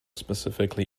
specifically